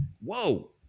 whoa